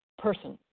person